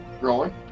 Rolling